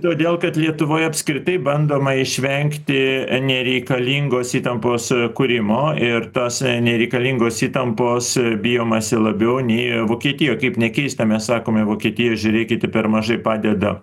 todėl kad lietuvoj apskritai bandoma išvengti nereikalingos įtampos kūrimo ir tas nereikalingos įtampos bijomasi labiau nei vokietijo kaip nekeista mes sakome vokietijo žiūrėkite per mažai padeda